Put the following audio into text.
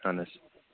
اَہَن حظ